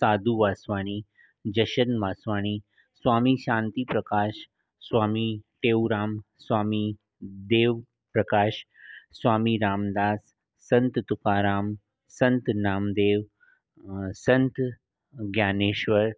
Sadhu Vaswani Jashan Vaswani Swami Shantiprakash Swami Teunram Swami Dev Prakash Swami Ramdas Sant Tukaram Sant Namdev Sant Dnyaneshwar